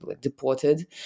deported